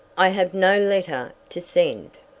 i have no letter to send.